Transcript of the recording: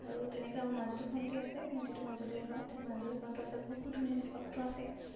আৰু তেনেকৈ আমাৰ মাজুলীখনতেই আছে মোৰ যিহেতু মাজুলীৰ হয় তাত মাজুলীখনটো আছে বহুত বহুত ধুনীয়া ধুনীয়া সত্ৰ আছে